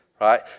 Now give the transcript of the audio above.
right